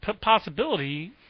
possibility